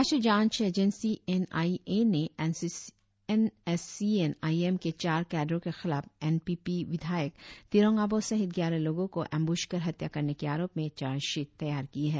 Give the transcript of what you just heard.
राष्ट्रीय जांच एजेंसी एन आई ए ने N S C N I M के चार केडरों के खिलाफ एन पी पी विद्यायक तिरोंग आबोह सहित ग्यारह लोगों को एमब्रश कर हत्या करने के आरोप में चार्ज शीट तैयार की है